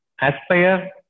aspire